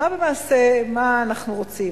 מה למעשה אנחנו רוצים?